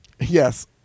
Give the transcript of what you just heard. yes